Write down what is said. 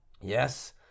yes